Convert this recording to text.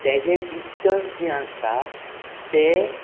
तेजें डिस्टन्स जें आसता तें